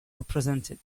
represented